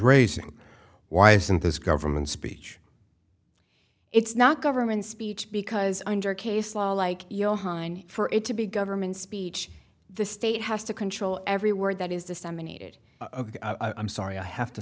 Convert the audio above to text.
raising why isn't this government speech it's not government speech because under case law like for it to be government speech the state has to control every word that is disseminated i'm sorry i have to